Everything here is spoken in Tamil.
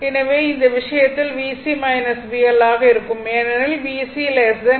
எனவே இந்த விஷயத்தில் இது VC VL ஆக இருக்கும் ஏனெனில் VC VL